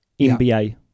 NBA